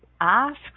asks